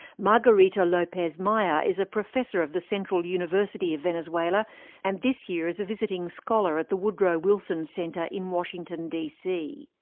margarita lopez-maya is a professor of the central university of venezuela and this is a visiting scholar at the woodrow wilson center in washington dc.